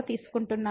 తీసుకుంటున్నాము